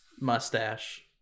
mustache